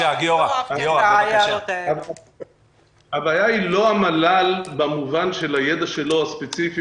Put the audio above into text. הבעיה היא לא המל"ל במובן של הידע הספציפי